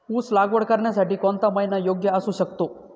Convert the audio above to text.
ऊस लागवड करण्यासाठी कोणता महिना योग्य असू शकतो?